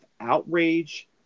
outrage